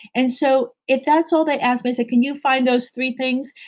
and so if that's all they ask me, i say, can you find those three things?